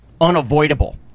unavoidable